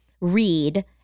read